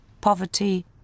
poverty